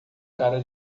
cara